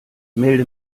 melde